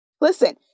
Listen